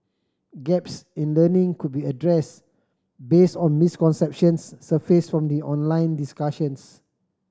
gaps in learning could be addressed based on misconceptions surfaced from the online discussions